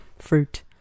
Fruit